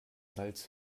salz